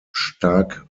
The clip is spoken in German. stark